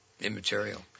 immaterial